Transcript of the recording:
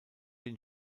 den